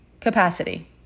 capacity